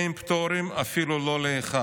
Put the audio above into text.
אין פטורים, אפילו לא לאחד.